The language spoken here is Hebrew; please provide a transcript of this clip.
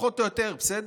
פחות או יותר, בסדר?